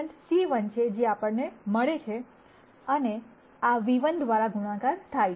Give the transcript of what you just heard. તેથી આ constant c1 છે જે આપણને મળે છે અને આ ν ₁ દ્વારા ગુણાકાર થાય છે